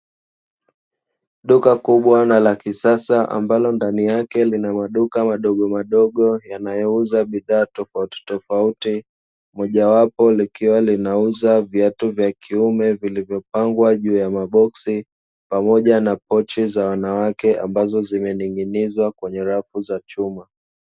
Duka kubwa na la kisasa ambalo ndani yake lina maduka madogomadogo yanayouza bidhaa tofautitofauti, moja wapo likiwa linauza viatu vya kiume vilivyo pangwa juu ya maboksi, pamoja na pochi za wanawake ambazo zimening'inizwa kwenye rafu za chuma.